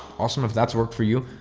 awesome. if that's worked for you,